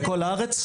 בכל הארץ?